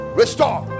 restore